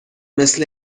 مثل